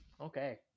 Okay